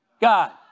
God